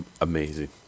amazing